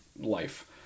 life